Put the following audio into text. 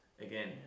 Again